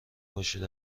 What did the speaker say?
باشید